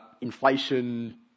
inflation